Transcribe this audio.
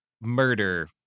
murder